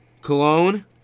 Cologne